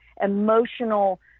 emotional